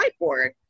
Whiteboard